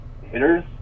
hitters